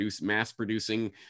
mass-producing